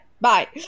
Bye